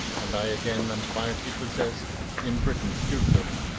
and i again am quietly possessed in brittain's dukedom,